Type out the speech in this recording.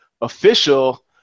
official